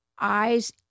eyes